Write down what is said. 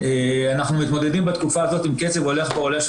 אנחנו מתמודדים בתקופה הזו עם קצב הולך ועולה של